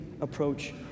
approach